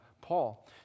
Paul